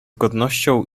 godnością